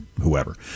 whoever